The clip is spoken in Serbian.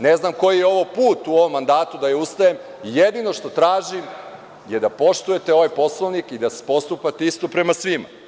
Ne znam koji je ovo put u ovom mandatu da ja ustajem i jedino što tražim je da poštujete ovaj Poslovnik i da postupate isto prema svima.